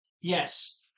Yes